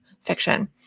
fiction